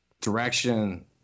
direction